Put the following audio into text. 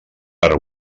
per